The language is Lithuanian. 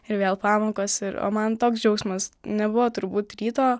ir vėl pamokos ir o man toks džiaugsmas nebuvo turbūt ryto